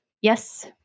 Yes